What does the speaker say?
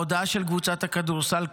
בהודעה של קבוצת הכדורסל כתבו: